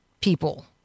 people